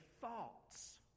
thoughts